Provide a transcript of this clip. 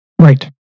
Right